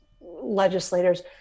legislators